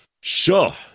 Sure